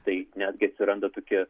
tai netgi atsiranda tokie